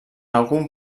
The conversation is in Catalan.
algun